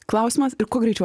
klausimas ir kuo greičiau